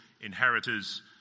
inheritors